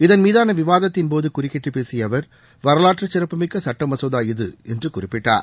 இதன்மீதான விவாதத்தின்போது குறுக்கிட்டுப் பேசிய அவர் வரவாற்றுச் சிறப்புமிக்க சட்டமசோதா இது என்று குறிப்பிட்டார்